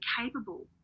capable